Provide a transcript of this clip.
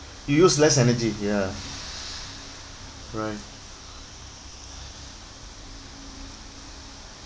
you use less energy ya correct